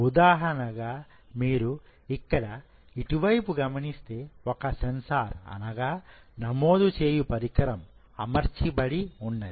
ఉదాహరణ గా మీరు ఇక్కడ ఇటువైపు గమనిస్తే ఒక సెన్సార్ అనగా నమోదు చేయు పరికరము అమర్చబడి ఉన్నది